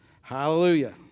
Hallelujah